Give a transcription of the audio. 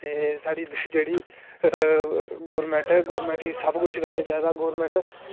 ते साढ़ी जेहड़ी गवर्नमेंट ऐ गवर्नमेंट गी सब कुछ करना चाहिदा